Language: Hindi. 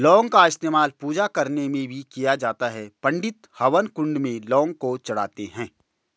लौंग का इस्तेमाल पूजा करने में भी किया जाता है पंडित हवन कुंड में लौंग को चढ़ाते हैं